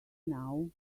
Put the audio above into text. now